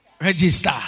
register